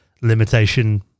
limitation